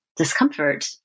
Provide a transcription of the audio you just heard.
discomfort